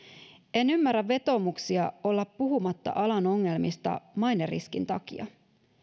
en ymmärrä vetoomuksia olla puhumatta alan ongelmista maineriskin takia